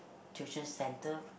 tuition centre